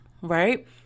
right